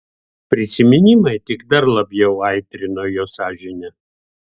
prisiminimai tik dar labiau aitrino jo sąžinę